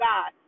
God